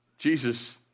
Jesus